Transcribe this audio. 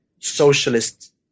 socialist